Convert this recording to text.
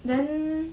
then